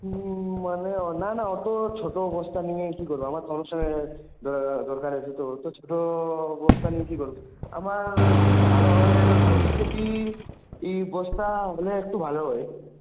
মানে না না অতো ছোটো বস্তা নিয়ে কি করবো আমার কমিশনের দরকার আছে তো অতো ছোটো বস্তা নিয়ে কি করবো আমার ভালো হয় পঁচিশ কেজি বস্তা হলে একটু ভালো হয়